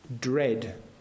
dread